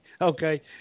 Okay